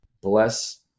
bless